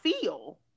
feel